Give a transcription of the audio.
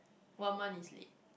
one month is late